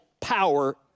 power